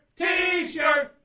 t-shirt